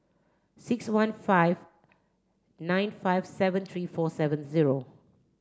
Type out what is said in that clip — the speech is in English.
six one five nine five seven three four seven zero